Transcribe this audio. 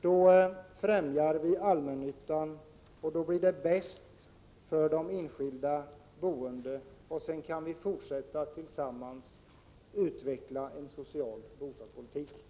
Då främjar vi allmännyttan och ger bättre möjligheter för de enskildas boende, Därefter kan vi fortsätta att utveckla en social bostadspolitik.